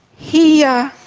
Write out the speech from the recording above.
he, er,